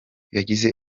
yagize